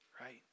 right